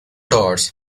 doors